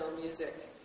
music